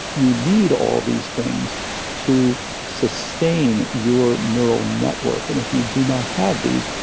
you need all these things to sustain your neural network, and if you do not have these,